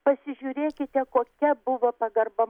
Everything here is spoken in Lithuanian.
pasižiūrėkite kokia buvo pagarba